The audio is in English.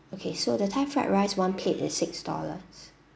okay so the thai fried rice one plate is six dollars